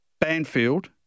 Banfield